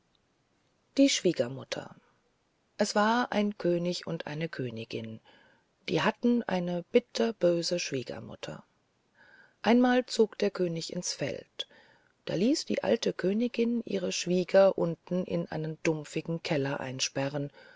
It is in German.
die schwiegermutter es war ein könig und eine königin die hatte eine bitterböse schwiegermutter einmal zog der könig ins feld da ließ die alte königin ihre schwieger unten in einen dumpfigen keller einsperren